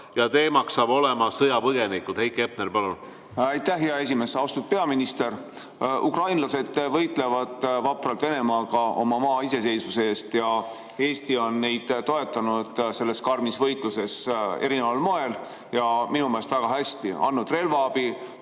ja teema on sõjapõgenikud. Heiki Hepner, palun! Aitäh, hea esimees! Austatud peaminister! Ukrainlased võitlevad vapralt Venemaaga oma maa iseseisvuse eest ja Eesti on neid toetanud selles karmis võitluses erineval moel ja minu meelest väga hästi: andnud relvaabi,